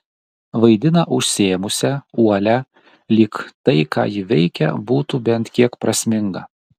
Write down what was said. vaidina užsiėmusią uolią lyg tai ką ji veikia būtų bent kiek prasminga